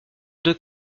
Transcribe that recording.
deux